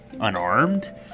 unarmed